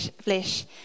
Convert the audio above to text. flesh